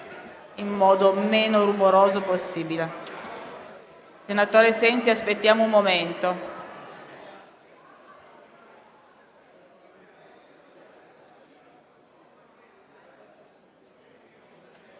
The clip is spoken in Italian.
nel modo meno rumoroso possibile. Senatore Sensi, attendiamo un attimo.